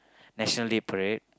National-Day-Parade